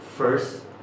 First